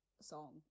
song